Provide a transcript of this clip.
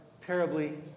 terribly